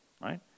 right